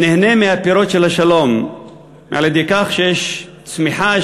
ניהנה מפירות השלום על-ידי כך שתהיה צמיחה,